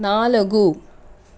నాలుగు